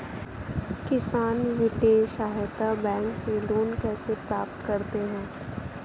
किसान वित्तीय सहायता बैंक से लोंन कैसे प्राप्त करते हैं?